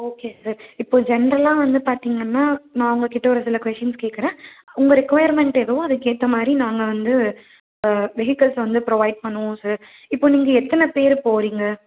okay sir இப்போ ஜென்ரல்லாக வந்து பார்த்தீங்கன்னா நான் உங்கக்கிட்ட ஒரு சில கொஸ்டின்ஸ் கேட்குறேன் உங்கள் ரெக்கொயர்மெண்ட் எதுவோ அதுக்கேற்ற மாதிரி நாங்கள் வந்து வெஹிகள்ஸ் வந்து ப்ரொவைட் பண்ணுவோம் சார் இப்போ நீங்கள் எத்தனை பேர் போகிறீங்க